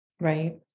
Right